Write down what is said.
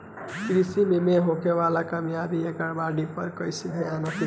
कृषि में होखे वाला खामियन या गड़बड़ी पर कइसे ध्यान रखि?